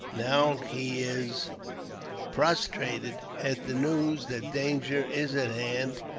now he is prostrated at the news that danger is at hand.